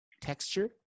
texture